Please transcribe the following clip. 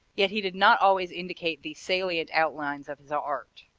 yet he did not always indicate the salient outlines of his art.